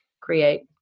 create